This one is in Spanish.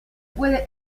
puede